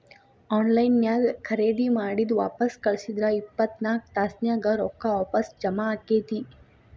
on line ನ್ಯಾಗ್ ಖರೇದಿ ಮಾಡಿದ್ ವಾಪಸ್ ಕಳ್ಸಿದ್ರ ಇಪ್ಪತ್ನಾಕ್ ತಾಸ್ನ್ಯಾಗ್ ರೊಕ್ಕಾ ವಾಪಸ್ ಜಾಮಾ ಆಕ್ಕೇತಿ